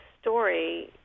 story